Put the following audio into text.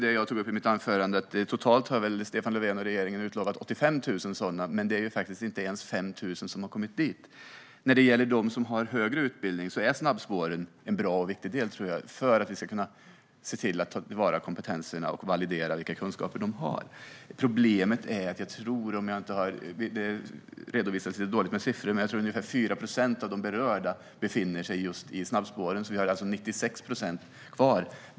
Som jag sa i mitt anförande har Stefan Löfven och regeringen totalt utlovat 85 000 sådana, men inte ens 5 000 har kommit på plats. För dem med högre utbildning är snabbspåren en bra och viktig del för att vi ska kunna ta vara på kompetens och kunna validera deras kunskaper. Problemet är att ungefär 4 procent av de berörda - redovisningen av siffror är dålig - befinner sig i snabbspåren. Vi har alltså 96 procent kvar.